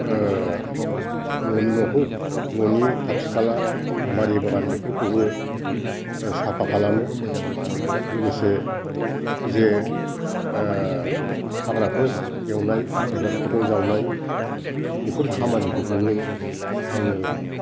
न'खौ न'नि खाथि खाला बारि बागान बेफोरखौबो साफा खालामो लोगोसे जे हाग्राफोर एवनाय एबा खदाल जावनाय बेफोर खामानिफोरखौबो आङो